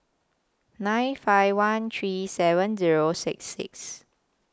nine five one three seven Zero six six